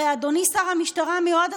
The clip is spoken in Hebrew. הרי אדוני שר המשטרה המיועד,